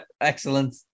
excellent